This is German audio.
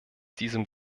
diesem